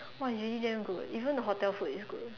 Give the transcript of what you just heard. !wah! it's really dam good even the hotel food is good